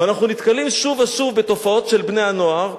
ואנחנו נתקלים שוב ושוב בתופעות של בני-הנוער,